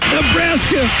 Nebraska